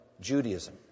Judaism